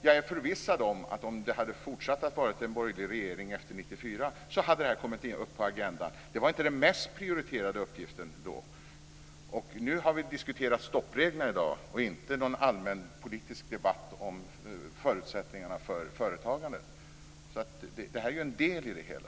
Jag är förvissad om att om det hade fortsatt att vara en borgerlig regering efter 1994 hade denna fråga kommit upp på agendan. Men då var det inte den mest prioriterade uppgiften. Nu har vi diskuterat stoppregler och inte fört någon allmänpolitisk debatt om förutsättningar för företagandet, och detta är ju en del i det hela.